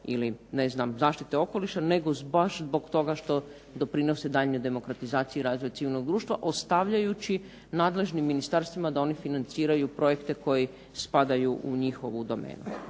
ili zaštite okoliša nego baš zbog toga što doprinose daljnjoj demokratizaciji razvoja civilnoga društva, ostavljajući nadležnim ministarstvima da oni financiraju projekte koji spadaju u njihovu domenu.